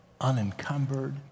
unencumbered